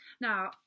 Now